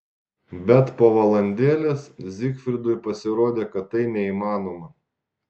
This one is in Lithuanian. bet po valandėlės zygfridui pasirodė kad tai neįmanoma